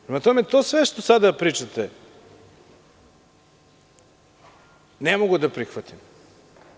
Prema tome, to sve što sada pričate ne mogu da prihvatim.